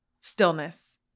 stillness